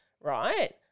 right